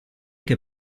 che